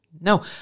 No